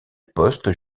poste